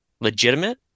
legitimate